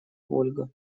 ольга